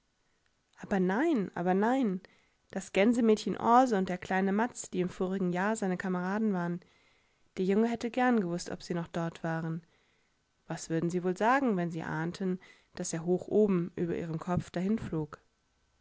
aber nein aber nein das gänsemädchen aase und der kleine mads die im vorigen jahr seine kameraden waren der junge hätte gern gewußt ob sie noch dort waren was würden sie wohl sagen wenn sie ahnten daß er hoch obenüberihremkopfdahinflog